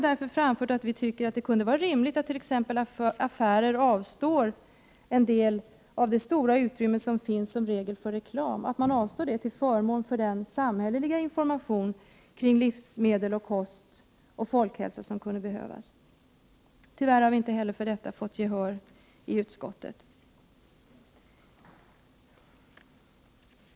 Det kan t.ex. vara rimligt att affärer avstår en del av det stora utrymme som i regel finns för reklam till förmån för samhällelig information kring livsmedel, kost och folkhälsa. Tyvärr har vi inte heller för detta fått gehör i utskottet.